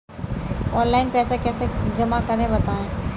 Online पैसा कैसे जमा करें बताएँ?